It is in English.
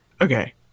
Okay